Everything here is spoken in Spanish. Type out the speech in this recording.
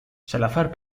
salazar